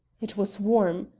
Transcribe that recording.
it was warm.